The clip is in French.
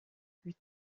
plus